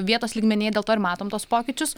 vietos lygmenyje dėl to ir matom tuos pokyčius